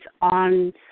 on